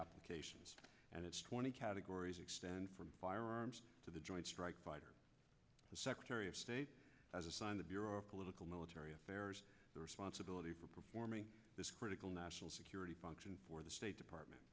applications and its twenty categories extends from firearms to the joint strike fighter the secretary of state has assigned the bureau of political military affairs the responsibility for performing this critical national security function for the state department